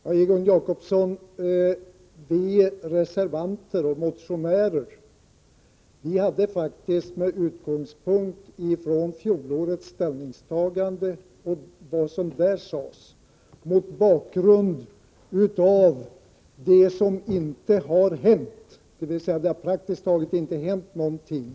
Herr talman! Vi som skrivit motioner och reserverat oss har faktiskt, Egon Jacobsson, gjort det med utgångspunkt i att det trots vad som sades vid fjolårets ställningstagande praktiskt taget inte har hänt någonting.